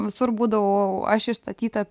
visur būdavau aš išstatyta